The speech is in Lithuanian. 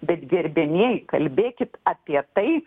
bet gerbiamieji kalbėkit apie tai